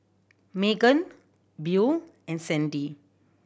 Meagan Buel and Sandie